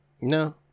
no